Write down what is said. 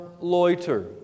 Loiter